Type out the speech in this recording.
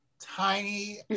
tiny